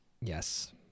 Yes